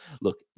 Look